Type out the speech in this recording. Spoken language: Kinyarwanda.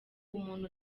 umuntu